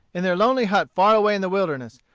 in their lonely hut far away in the wilderness,